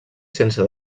sense